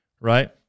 right